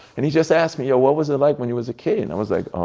and he just asked me, yo, what was it like when you was a kid? and i was like,